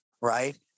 right